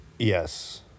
Yes